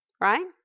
right